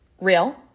real